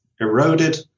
eroded